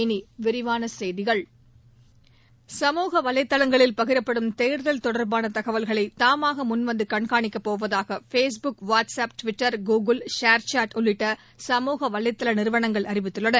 இனி விரிவான செய்திகள் சமூக வலைதளங்களில் பகிரப்படும் தேர்தல் தொடர்பான தகவல்களை தாமாக முன்வந்து கண்காணிக்கப்போவதாக Facebook WhatsApp Twitter Google ShareChat உள்ளிட்ட சமூக வலைதள நிறுவனங்கள் அறிவித்துள்ளன